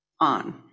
on